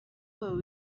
will